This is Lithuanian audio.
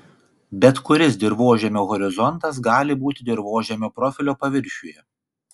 bet kuris dirvožemio horizontas gali būti dirvožemio profilio paviršiuje